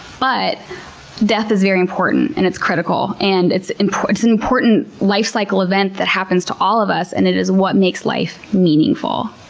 but death is very important, and it's critical, and it's an important lifecycle event that happens to all of us, and it is what makes life meaningful.